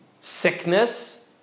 sickness